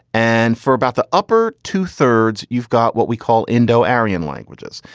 and for about the upper two thirds, you've got what we call indo aryan languages.